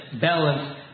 balance